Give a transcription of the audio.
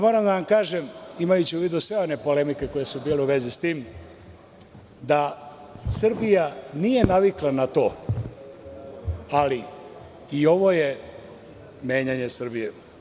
Moram da vam kažem, imajući u vidu sve one polemike koje su bile u vezi sa tim, da Srbija nije navikla na to, ali i ovo je menjanje Srbije.